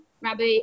Rabbi